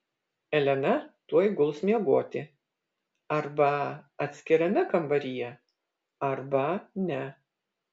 elena tuoj guls miegoti arba atskirame kambaryje arba ne